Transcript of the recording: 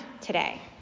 today